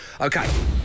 Okay